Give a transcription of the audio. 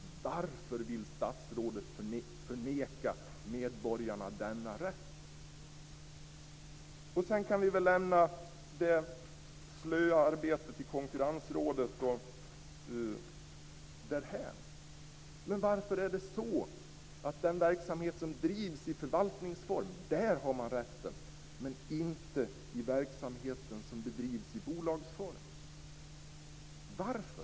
Varför vill statsrådet förneka medborgarna den rätten? Sedan kan vi väl lämna det slöa arbetet i Konkurrensrådet därhän. Men varför är det så att man i den verksamhet som drivs i förvaltningsform har denna rätt men inte i den verksamhet som bedrivs i bolagsform? Varför?